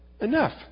enough